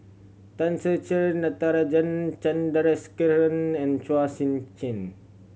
Tan Ser Cher Natarajan Chandrasekaran and Chua Sian Chin